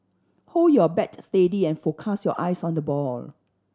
hold your bat steady and focus your eyes on the ball